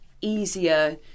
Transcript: easier